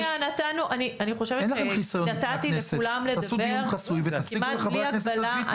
אני חושבת שנתתי לכולם לדבר כמעט בלי הגבלה.